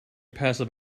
passive